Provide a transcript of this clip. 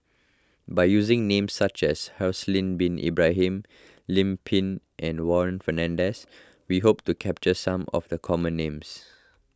by using names such as Haslir Bin Ibrahim Lim Pin and Warren Fernandez we hope to capture some of the common names